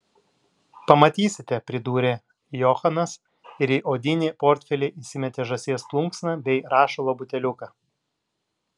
pamatysite pridūrė johanas ir į odinį portfelį įsimetė žąsies plunksną bei rašalo buteliuką